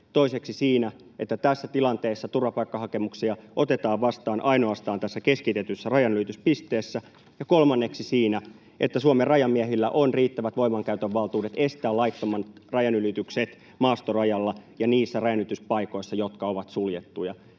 toiseksi siinä, että tässä tilanteessa turvapaikkahakemuksia otetaan vastaan ainoastaan tässä keskitetyssä rajanylityspisteessä; kolmanneksi siinä, että Suomen rajamiehillä on riittävät voimankäytön valtuudet estää laittomat rajanylitykset maastorajalla ja niissä rajanylityspaikoissa, jotka ovat suljettuja.